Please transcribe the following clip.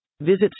Visit